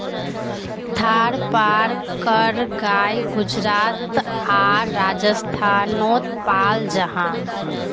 थारपारकर गाय गुजरात आर राजस्थानोत पाल जाहा